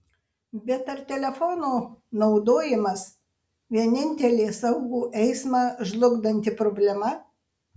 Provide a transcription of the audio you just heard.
bet ar telefono naudojimas vienintelė saugų eismą žlugdanti problema